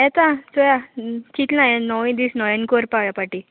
येता चोवया चितलां हें नवोय दीस न्होयेन करपा ह्या फाटी